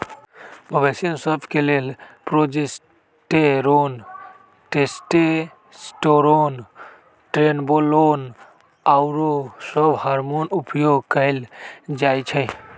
मवेशिय सभ के लेल प्रोजेस्टेरोन, टेस्टोस्टेरोन, ट्रेनबोलोन आउरो सभ हार्मोन उपयोग कयल जाइ छइ